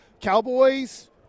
Cowboys